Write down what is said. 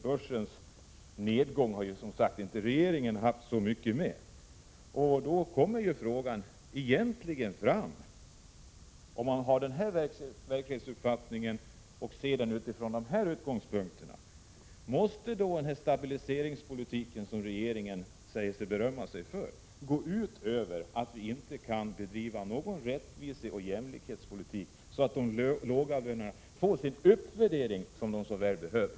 Börsens nedgång har ju regeringen inte haft så mycket att göra med. Om man ser frågan utifrån de här utgångspunkterna, frågar man sig om den stabiliseringspolitik som regeringen berömmer sig av måste medföra att vi inte kan bedriva någon rättviseeller jämlikhetspolitik, så att de lågavlönade får den uppvärdering som de så väl behöver.